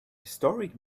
historic